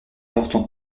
importante